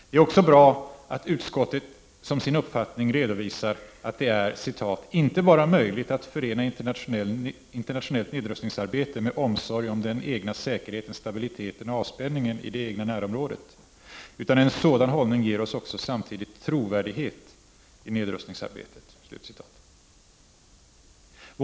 Det är också bra att utskottet som sin uppfattning redovisar att det är ”inte bara möjligt att förena internationellt nedrustningsarbete med omsorg om den egna säkerheten, stabiliteten och avspänningen i det egna närområdet, utan en sådan hållning ger oss samtidigt trovärdighet i nedrustningsarbetet”.